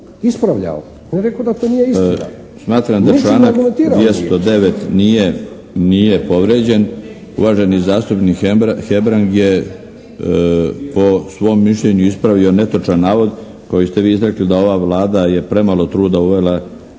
… **Milinović, Darko (HDZ)** Smatram da članak 209. nije povrijeđen. Uvaženi zastupnik Hebrang je po svom mišljenju ispravio netočan navod koji ste vi izrekli da ova Vlada je premalo truda uvela,